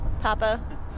Papa